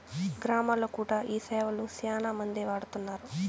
గ్రామాల్లో కూడా ఈ సేవలు శ్యానా మందే వాడుతున్నారు